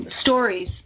stories